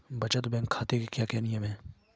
बचत बैंक खाते के क्या क्या नियम हैं?